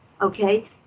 okay